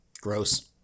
Gross